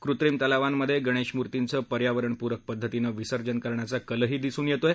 कृत्रिम तलावांमध्ये गणेश मुर्तीचं पर्यावरणपूरक पद्धतीनं विसर्जन करण्याचा कलही दिसून येतो आहे